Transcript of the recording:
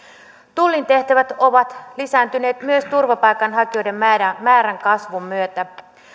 tullin tehtävät ovat lisääntyneet myös turvapaikanhakijoiden määrän kasvun myötä